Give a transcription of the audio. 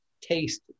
taste